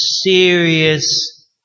serious